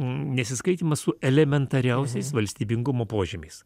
nesiskaitymas su elementariausiais valstybingumo požymiais